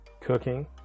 cooking